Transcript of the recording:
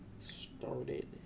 started